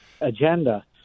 agenda